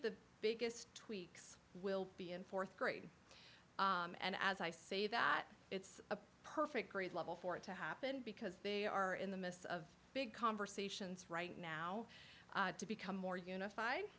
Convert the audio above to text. the biggest tweaks will be in th grade and as i say that it's a perfect grade level for it to happen because they are in the midst of big conversations right now to become more unified